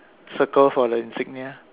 circle for the insignia